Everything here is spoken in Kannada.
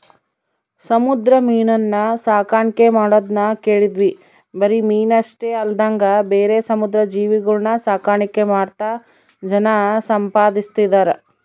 ಸಮುದ್ರ ಮೀನುನ್ನ ಸಾಕಣ್ಕೆ ಮಾಡದ್ನ ಕೇಳಿದ್ವಿ ಬರಿ ಮೀನಷ್ಟೆ ಅಲ್ದಂಗ ಬೇರೆ ಸಮುದ್ರ ಜೀವಿಗುಳ್ನ ಸಾಕಾಣಿಕೆ ಮಾಡ್ತಾ ಜನ ಸಂಪಾದಿಸ್ತದರ